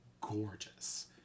gorgeous